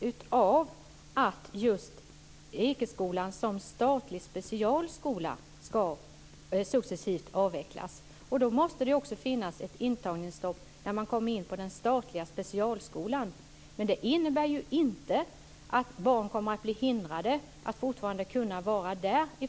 Herr talman! Intagningsstoppet är en konsekvens av att just Ekeskolan som statlig specialskola successivt ska avvecklas. Således måste det finnas ett intagningsstopp när man kommer in på den statliga specialskolan men det innebär inte att barn kommer att bli hindrade att fortsatt kunna vara där.